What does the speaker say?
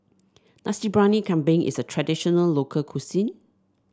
Nasi Briyani Kambing is a traditional local cuisine